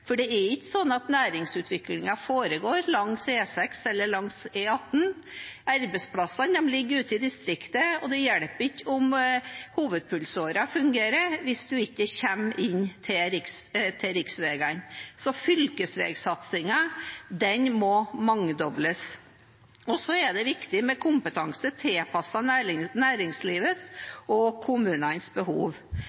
for det er ikke sånn at næringsutviklingen foregår langs E6 eller langs E18. Arbeidsplassene ligger ute i distriktet, og det hjelper ikke om hovedpulsåren fungerer hvis man ikke kommer inn til riksvegene. Så fylkesvegsatsingen må mangedobles. Det er viktig med kompetanse tilpasset næringslivets